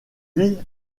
vit